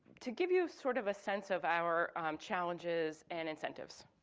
to give you sort of a sense of our challenges and incentives.